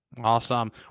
Awesome